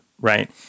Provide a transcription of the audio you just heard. Right